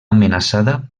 amenaçada